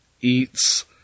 eats